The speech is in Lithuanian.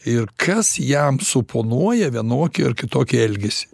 ir kas jam suponuoja vienokį ar kitokį elgesį